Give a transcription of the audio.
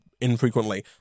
infrequently